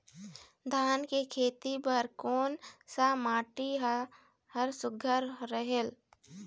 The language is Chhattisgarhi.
धान के खेती बर कोन सा माटी हर सुघ्घर रहेल?